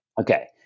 Okay